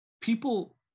people